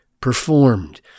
performed